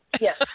Yes